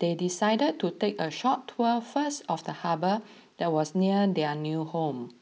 they decided to take a short tour first of the harbour that was near their new home